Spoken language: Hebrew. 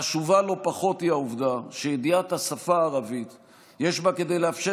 חשובה לא פחות היא העובדה שידיעת השפה הערבית יש בה כדי לאפשר